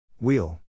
Wheel